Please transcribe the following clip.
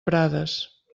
prades